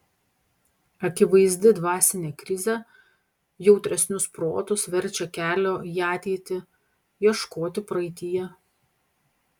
akivaizdi dvasinė krizė jautresnius protus verčia kelio į ateitį ieškoti praeityje